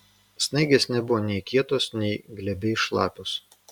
snaigės nebuvo nei kietos nei glebiai šlapios